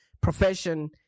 profession